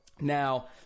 Now